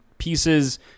pieces